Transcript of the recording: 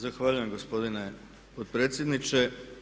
Zahvaljujem gospodine potpredsjedniče.